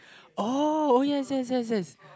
oh oh yes yes yes yes